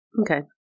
Okay